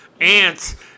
ants